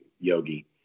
Yogi